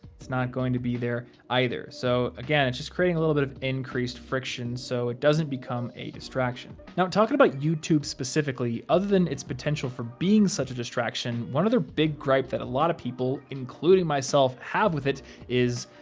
it's not going to be there either. so, again, it's just creating a little bit of increased friction so it doesn't become a distraction. now, i'm talking about youtube specifically. other than its potential for being such a distraction, one of the big gripe that a lot of people, including myself, have with it is,